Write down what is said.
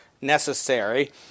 necessary